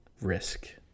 risk